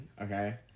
okay